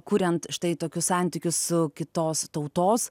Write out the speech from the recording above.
kuriant štai tokius santykius su kitos tautos